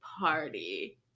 party